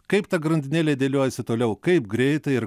kaip ta grandinėlė dėliojasi toliau kaip greitai ir